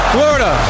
Florida